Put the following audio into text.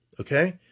okay